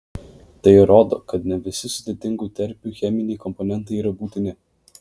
tai įrodo kad ne visi sudėtingų terpių cheminiai komponentai yra būtini